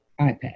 iPad